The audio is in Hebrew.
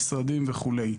משרדים וכולי.